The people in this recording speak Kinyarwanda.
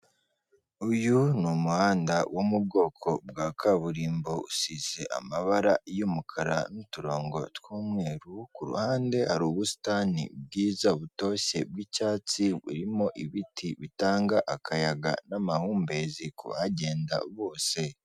Uyu ni umuhanda wo mu bwoko bwa kaburimbo usize amabara y'umukara nuturongo twumweru kuruhande hari ubusitani bwiza butoshye bwicyatsi burimo ibiti bitanga akayaga n'mahumbezi ku bagenda bose.